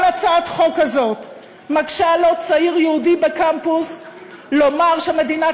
כל הצעת חוק כזאת מקשה על עוד צעיר יהודי צעיר בקמפוס לומר שמדינת